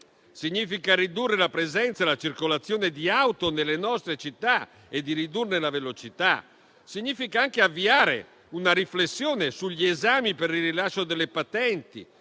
Significa ridurre la presenza e la circolazione di auto nelle nostre città e di ridurne la velocità. Significa anche avviare una riflessione sugli esami per il rilascio delle patenti,